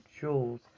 jewels